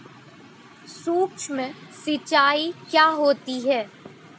सुक्ष्म सिंचाई क्या होती है?